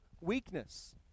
weakness